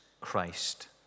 Christ